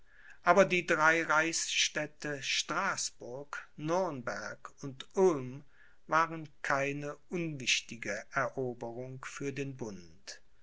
aber die drei reichsstädte straßburg nürnberg und ulm waren keine unwichtige eroberung für den bund